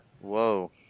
whoa